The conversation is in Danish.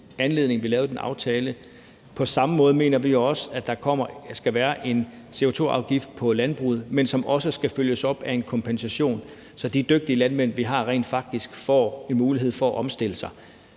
anledning en aftale om kompensation. På samme måde mener vi også at der skal være en CO2-afgift på landbruget, som også skal følges op af en kompensation, så de dygtige landmænd, vi har, rent faktisk får en mulighed for at omstille sig.